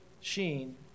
Sheen